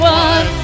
one